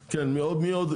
כן, מי עוד?